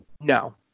No